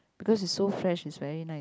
because is so fresh is very nice